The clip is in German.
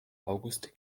august